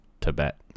Tibet